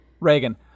Reagan